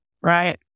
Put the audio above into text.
right